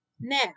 Now